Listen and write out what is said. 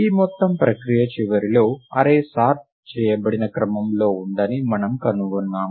ఈ మొత్తం ప్రక్రియ చివరిలో అర్రే సార్ట్ చేయబడిన క్రమంలో ఉందని మనము కనుగొన్నాము